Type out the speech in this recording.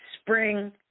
spring